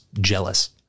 jealous